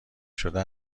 شده